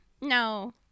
No